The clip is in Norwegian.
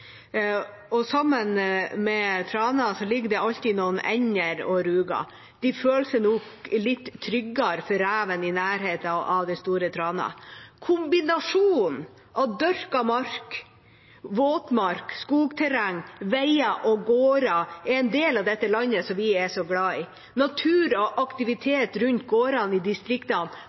Sammen med trana ligger det alltid noen ender og ruger. De føler seg nok litt tryggere for reven i nærheten av den store trana. Kombinasjonen av dyrket mark, våtmark, skogsterreng, veier og gårder er en del av dette landet som vi er så glad i. Natur og aktivitet rundt gårdene i distriktene